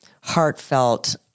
heartfelt